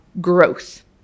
growth